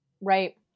Right